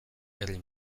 herri